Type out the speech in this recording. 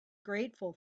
grateful